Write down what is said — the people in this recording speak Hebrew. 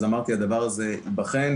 הדבר הזה ייבחן,